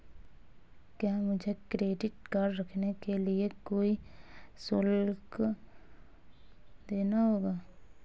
क्या मुझे credit card रखने के लिए कोई शुल्क देना होगा?